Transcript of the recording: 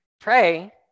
pray